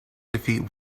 defeat